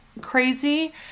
crazy